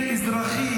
מרי אזרחי.